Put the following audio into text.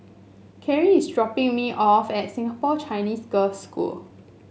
Carie is dropping me off at Singapore Chinese Girls' School